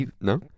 No